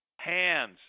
hands